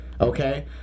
okay